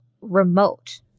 remote